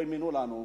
ולא האמינו לנו,